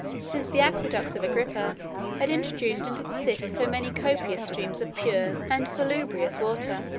since the aqueducts of agrippa had introduced into the city so many copious streams of pure and salubrious water.